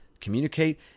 communicate